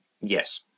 Yes